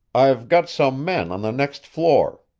i've got some men on the next floor,